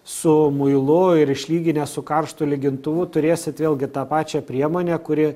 su muilu ir išlyginę su karštu lygintuvu turėsit vėlgi tą pačią priemonę kuri